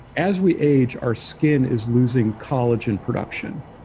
as we age, our skin is losing collagen production.